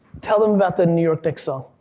tell them about the new york knicks song.